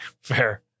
fair